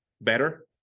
better